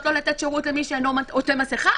לא לתת שירות למי שאינו עוטה מסיכה,